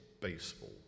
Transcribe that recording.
baseball